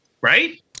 Right